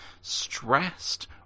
stressed